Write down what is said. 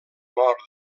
nord